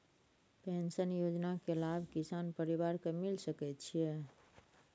Pension योजना के लाभ किसान परिवार के मिल सके छिए?